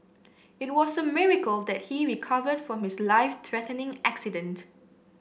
it was a miracle that he recovered from his life threatening accident